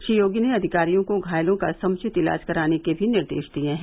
श्री योगी ने अधिकारियों को घायलों का समुचित इलाज कराने के भी निर्देश दिये हैं